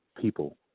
people